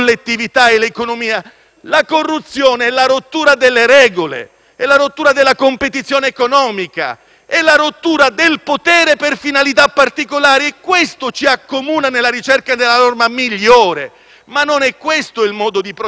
La corruzione è la rottura delle regole; è la rottura della competizione economica; è la rottura del potere per finalità particolari e questo ci accomuna nella ricerca della norma migliore. Ma non è questo il modo di procedere. Allora vi chiedo: